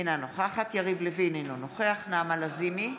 אינה נוכחת יריב לוין, אינו נוכח נעמה לזימי,